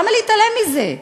למה להתעלם מזה?